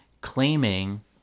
Claiming